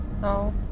No